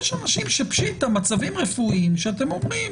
יש אנשים שפשוט במצבים רפואיים שאתם אומרים